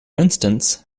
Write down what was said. instance